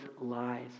lies